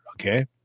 Okay